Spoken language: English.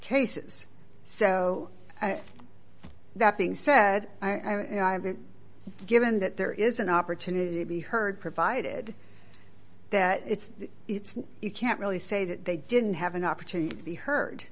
cases so that being said i was given that there is an opportunity to be heard provided that it's it's you can't really say that they didn't have an opportunity to be h